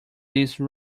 these